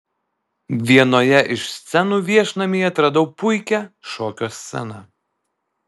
vienoje iš scenų viešnamyje atradau puikią šokio sceną